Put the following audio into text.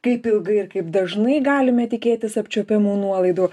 kaip ilgai ir kaip dažnai galime tikėtis apčiuopiamų nuolaidų